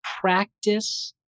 practice